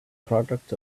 product